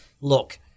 look